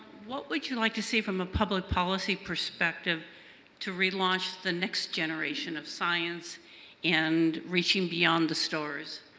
what would you like to see from a public policy perspective to relaunch the next generation of science and reaching beyond the stars?